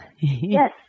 Yes